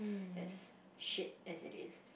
as shit as it is